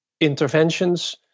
interventions